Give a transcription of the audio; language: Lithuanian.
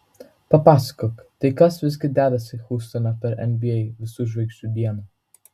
papasakok tai kas visgi dedasi hjustone per nba visų žvaigždžių dieną